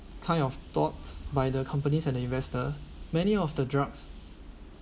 kind of thoughts by the companies and the investor many of the drugs